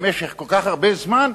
במשך כל כך הרבה זמן?